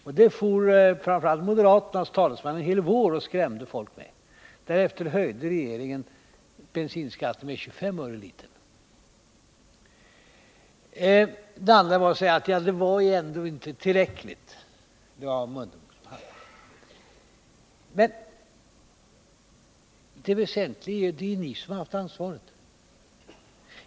En hel vår skrämde framför allt moderaternas talesman folk med detta. Därefter höjde regeringen bensinskatten med 25 öre litern. Men det väsentliga är ju att det är ni som har haft ansvaret.